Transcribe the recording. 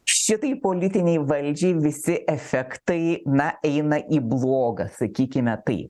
šitai politinei valdžiai visi efektai na eina į blogą sakykime tai